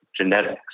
genetics